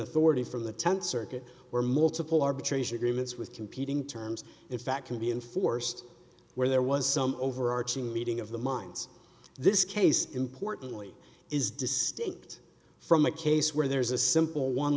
authority from the th circuit where multiple arbitration agreements with competing terms in fact can be enforced where there was some overarching meeting of the minds this case importantly is distinct from a case where there's a simple one